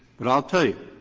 but i'll tell you,